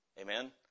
Amen